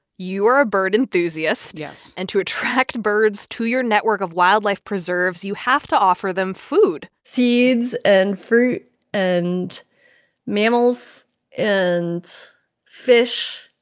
you are a bird enthusiast yes and to attract birds to your network of wildlife preserves, you have to offer them food seeds and fruit and mammals and fish